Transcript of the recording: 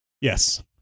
Yes